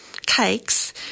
cakes